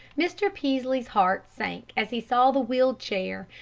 mr. peaslee's heart sank as he saw the wheeled chair,